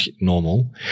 normal